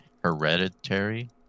Hereditary